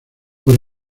por